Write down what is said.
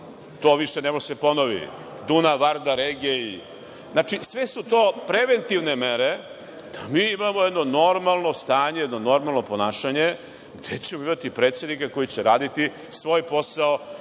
to više ne može da se ponovi, Dunav-Vardar-Egej. Znači, sve su to preventivne mere da mi imao jedno normalno stanje, jedno normalno ponašanje, gde ćemo imati predsednika koji će raditi svoj posao,